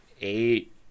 eight